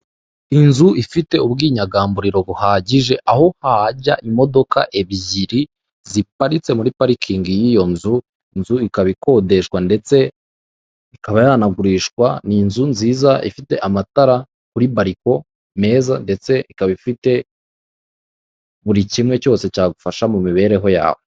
Inzu ifite ubwinyagamburiro buhagije aho hajya imodoka ebyiri ziparitse muri parikingi y'iyo nzu, inzu ikaba ikodeshwa ndetse ikaba yanagurishwa, ni inzu nziza ifite amatara kuri baliko meza ndetse ikaba ifite buri kimwe cyose cyagufasha mu mibereho yawe.